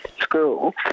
school